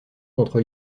contre